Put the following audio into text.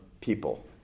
people